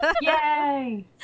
Yay